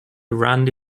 randy